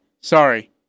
Sorry